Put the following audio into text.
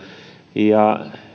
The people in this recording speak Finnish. ja